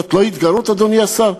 זאת לא התגרות, אדוני השר?